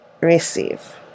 receive